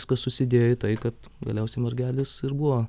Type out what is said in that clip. viskas susidėjo į tai kad galiausiai margelis ir buvo